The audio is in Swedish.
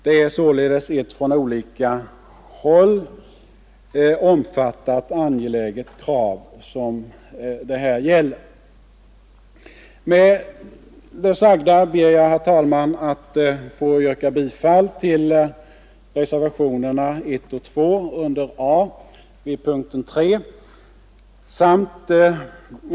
Det är således ett från olika håll omfattat angeläget krav som det gäller. Med det sagda ber jag, herr talman, att få yrka bifall till reservationerna A 1 och 2 vid punkten 3.